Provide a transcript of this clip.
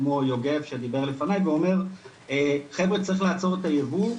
כמו יוגב שדיבר לפניי ואומר "חבר'ה צריך לעצור את הייבוא,